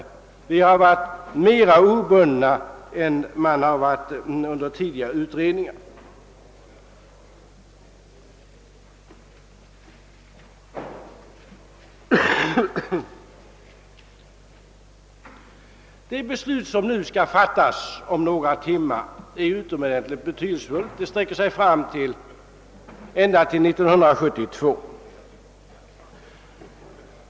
Nej, vi har inom utredningen varit mera obundna än man varit inom tidigare försvarsutredningar. Herr talman! Det beslut som skall fattas om några timmar är utomordentligt betydelsefullt. Det skall gälla ända fram till år 1972.